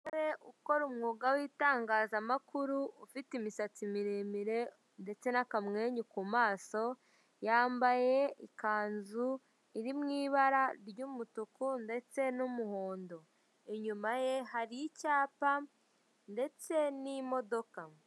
Umusore ukora umwuga w'itangazamakuru, ufite imisatsi miremire ndetse n'akamwenyu ku maso, yambaye ikanzu iri mu ibara ry'umutuku ndetse n'umuhondo, inyuma ye hari icyapa ndetse n'imodoka.